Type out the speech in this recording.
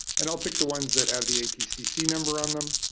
and i'll pick the ones that have the atcc number on them.